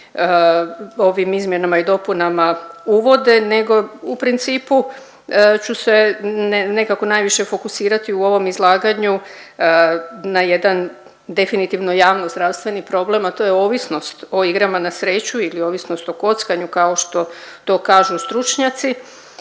ovim izmjenama i dopunama uvode nego u principu ću se nekako najviše fokusirati u ovom izlaganju na jedan definitivno javnozdravstveni problem, a to je ovisnost o igrama na sreću ili ovisnost o kockanju kao što to kažu stručnjaci.